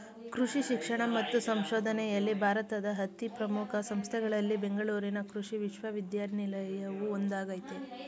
ಕೃಷಿ ಶಿಕ್ಷಣ ಮತ್ತು ಸಂಶೋಧನೆಯಲ್ಲಿ ಭಾರತದ ಅತೀ ಪ್ರಮುಖ ಸಂಸ್ಥೆಗಳಲ್ಲಿ ಬೆಂಗಳೂರಿನ ಕೃಷಿ ವಿಶ್ವವಿದ್ಯಾನಿಲಯವು ಒಂದಾಗಯ್ತೆ